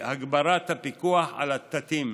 הגברת הפיקוח על אתתים,